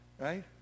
right